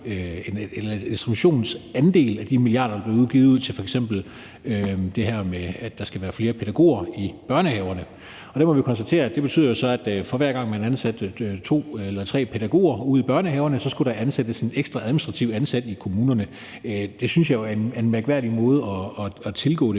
en administrationsandel af de milliarder, der er blevet givet ud, til f.eks. det her med, at der skal være flere pædagoger i børnehaverne. Der må vi konstatere, at det så betyder, at for hver gang man ansatte to eller tre pædagoger ude i børnehaverne, skulle der ansættes en ekstra administrativt ansat i kommunerne. Det synes jeg jo er en mærkværdig måde at tilgå det